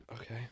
okay